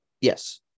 Yes